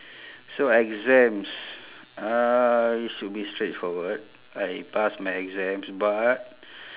so exams uh it should be straight forward I pass my exams but